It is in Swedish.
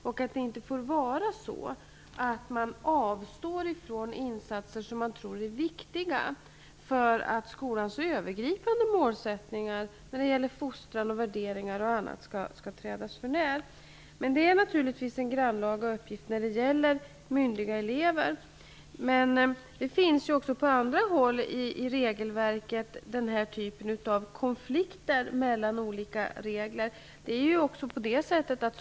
Det får inte vara så att man avstår från insatser som man tror är viktiga för att skolans övergripande målsättningar när det gäller fostran, värderingar och annat inte skall trädas för när. Det är naturligtvis en grannlaga uppgift när det gäller myndiga elever, men den här typen av konflikter mellan olika regler finns också på andra håll i regelverket.